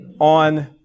on